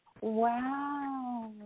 Wow